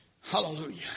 Hallelujah